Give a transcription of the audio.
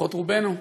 לפחות רובנו,